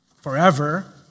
forever